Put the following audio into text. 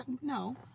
No